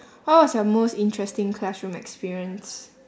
what was your most interesting classroom experience